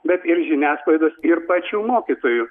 bet ir žiniasklaidos ir pačių mokytojų